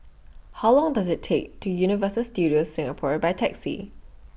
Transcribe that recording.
How Long Does IT Take to Universal Studios Singapore By Taxi